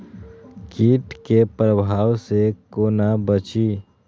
कीट के प्रभाव से कोना बचीं?